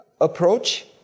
approach